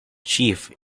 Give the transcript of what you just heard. chief